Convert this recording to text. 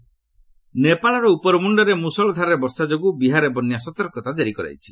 ବିହାର ଫ୍ଲୁଟ୍ ନେପାଳର ଉପରମୁଣ୍ଡରେ ମୃଷଳ ଧାରାରେ ବର୍ଷା ଯୋଗୁଁ ବିହାରରେ ବନ୍ୟା ସତର୍କତା କାରି କରାଯାଇଛି